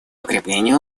укреплению